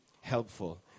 helpful